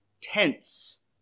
tense